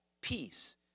peace